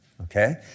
Okay